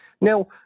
Now